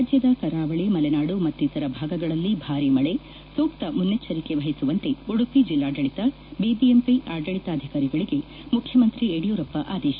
ರಾಜ್ಲದ ಕರಾವಳಿ ಮಲೆನಾಡು ಮತ್ತಿತರ ಭಾಗಗಳಲ್ಲಿ ಭಾರೀ ಮಳೆ ಸೂಕ್ತ ಮುನ್ನೆಚ್ಲರಿಕೆ ವಹಿಸುವಂತೆ ಉಡುಪಿ ಜಿಲ್ಲಾಡಳಿತ ಬಿಬಿಎಂಪಿ ಆಡಳಿತಾಧಿಕಾರಿಗಳಿಗೆ ಮುಖ್ಚಮಂತ್ರಿ ಯಡಿಯೂರಪ್ಪ ಆದೇಶ